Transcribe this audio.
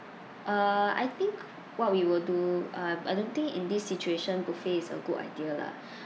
uh I think what we will do um I don't think in this situation buffet is a good idea lah